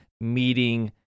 meeting